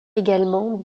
également